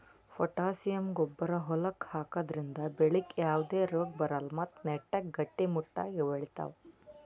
potassium ಗೊಬ್ಬರ್ ಹೊಲಕ್ಕ್ ಹಾಕದ್ರಿಂದ ಬೆಳಿಗ್ ಯಾವದೇ ರೋಗಾ ಬರಲ್ಲ್ ಮತ್ತ್ ನೆಟ್ಟಗ್ ಗಟ್ಟಿಮುಟ್ಟಾಗ್ ಬೆಳಿತಾವ್